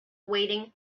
waiting